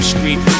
Street